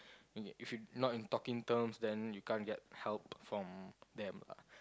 if you not on talking terms then you can't get help from them ah